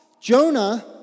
Jonah